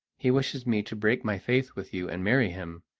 he wishes me to break my faith with you and marry him,